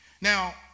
Now